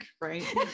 right